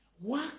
work